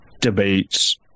debates